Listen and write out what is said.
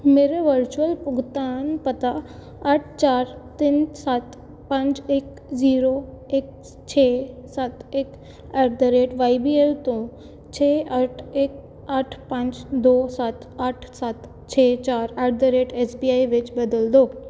ਮੇਰਾ ਵਰਚੁਅਲ ਭੁਗਤਾਨ ਪਤਾ ਅੱਠ ਚਾਰ ਤਿੰਨ ਸੱਤ ਪੰਜ ਇੱਕ ਜੀਰੋ ਇੱਕ ਛੇ ਸੱਤ ਇੱਕ at the rate Y V L ਤੋਂ ਛੇ ਅੱਠ ਇੱਕ ਅੱਠ ਪੰਜ ਦੋ ਸੱਤ ਅੱਠ ਸੱਤ ਛੇ ਚਾਰ at the rate S B I ਵਿੱਚ ਬਦਲ ਦਿਓ